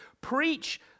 Preach